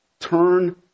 turn